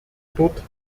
dort